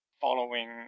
following